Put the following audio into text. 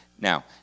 now